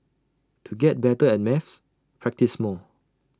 to get better at maths practise more